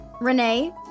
Renee